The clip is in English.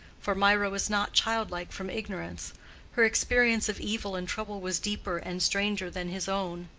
for mirah was not childlike from ignorance her experience of evil and trouble was deeper and stranger than his own.